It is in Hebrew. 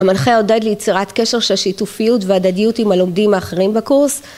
המנחה עודד ליצירת קשר של שיתופיות והדדיות עם הלומדים האחרים בקורס